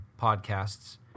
podcasts